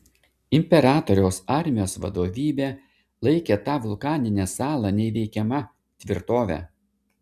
imperatoriaus armijos vadovybė laikė tą vulkaninę salą neįveikiama tvirtove